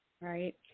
right